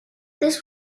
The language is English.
this